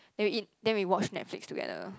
then we eat then we watch Netflix together